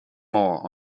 more